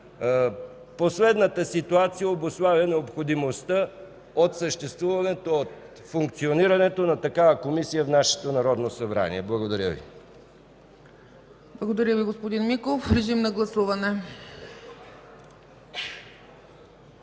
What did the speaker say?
последната ситуация обуславя необходимостта от съществуването, от функционирането на такава Комисия в нашето Народно събрание. Благодаря Ви. ПРЕДСЕДАТЕЛ ЦЕЦКА ЦАЧЕВА: Благодаря Ви, господин Миков. Режим на гласуване.